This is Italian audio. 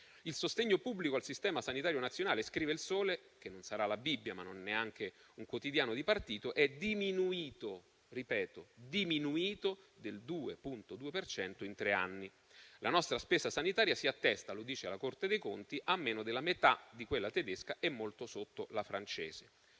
Il sostegno pubblico al sistema sanitario nazionale - scrive il suddetto quotidiano, che non sarà la Bibbia, ma non è neanche di partito - è diminuito, lo sottolineo, del 2,2 per cento in tre anni. La nostra spesa sanitaria si attesta, lo dice la Corte dei conti, a meno della metà di quella tedesca e molto sotto la francese.